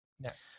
Next